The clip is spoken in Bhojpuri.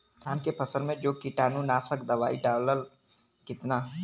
धान के फसल मे जो कीटानु नाशक दवाई डालब कितना?